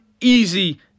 easy